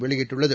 வெளியிட்டுள்ளது